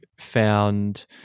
found